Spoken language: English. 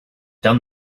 done